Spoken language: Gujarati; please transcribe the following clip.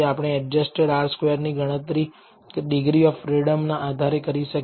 આપણે એડજસ્ટેડ R સ્ક્વેર ની ગણતરી ડિગ્રી ઓફ ફ્રીડમ ના આધારે કરી શકીએ